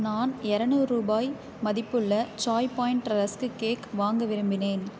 நான் இரநூறு ரூபாய் மதிப்புள்ள ச்சாய் பாயிண்ட் ரஸ்க்கு கேக் வாங்க விரும்பினேன்